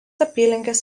apylinkės